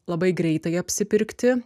labai greitai apsipirkti